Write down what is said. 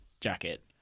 jacket